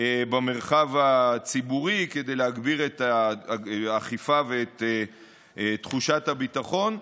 במרחב הציבורי כדי להגביר את האכיפה ואת תחושת הביטחון.